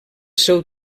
seu